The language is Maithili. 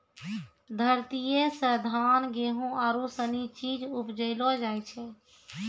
धरतीये से धान, गेहूं आरु सनी चीज उपजैलो जाय छै